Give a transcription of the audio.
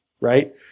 right